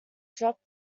drop